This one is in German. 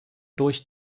durch